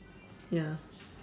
ya